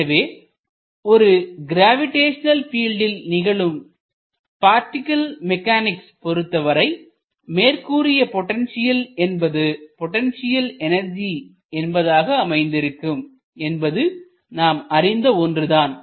எனவே ஒரு கிரவிடேஷனல் பீல்டில் நிகழும் பார்ட்டிகில் மெக்கானிக்ஸ் பொருத்தவரை மேற்கூறிய பொட்டன்ஷியல் என்பது பொட்டன்ஷியல் எனர்ஜி என்பதாக அமைந்திருக்கும் என்பது நாம் அறிந்த ஒன்றுதான்